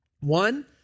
One